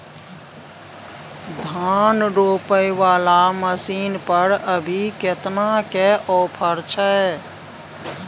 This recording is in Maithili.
धान रोपय वाला मसीन पर अभी केतना के ऑफर छै?